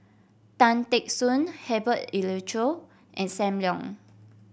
Tan Teck Soon Herbert Eleuterio and Sam Leong